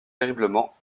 terriblement